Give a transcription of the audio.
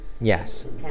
Yes